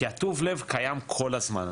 כי טוב הלב קיים כל הזמן,